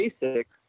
basics